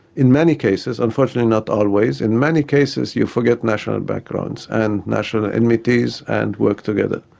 in many cases, unfortunately not always, in many cases you forget national and backgrounds and national enmities, and work together.